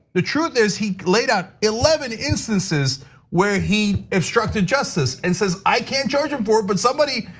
the truth is, he laid out eleven instances where he obstructed justice and says, i can't charge him for but somebody.